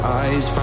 eyes